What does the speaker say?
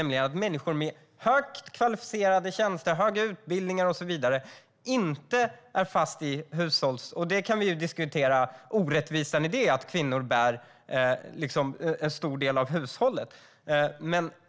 Kvinnor med högt kvalificerade arbeten, höga utbildningar och så vidare blir inte fast i hushållsarbete. Sedan kan vi diskutera orättvisan i att kvinnor gör en stor del av hushållsarbetet.